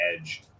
edge